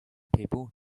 people